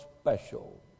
special